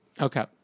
Okay